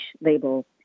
label